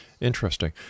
Interesting